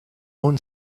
own